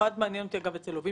במיוחד מעניין אותי אצל לווים